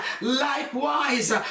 Likewise